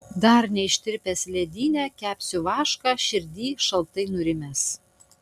dar neištirpęs ledyne kepsiu vašką širdyj šaltai nurimęs